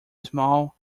small